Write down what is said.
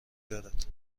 دارد